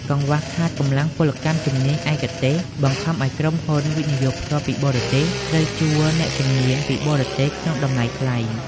កង្វះខាតកម្លាំងពលកម្មជំនាញឯកទេស បង្ខំឱ្យក្រុមហ៊ុន វិនិយោគផ្ទាល់ពីបរទេស ត្រូវជួលអ្នកជំនាញពីបរទេសក្នុងតម្លៃថ្លៃ។